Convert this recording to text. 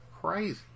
crazy